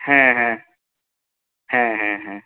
হ্যাঁ হ্যাঁ হ্যাঁ হ্যাঁ হ্যাঁ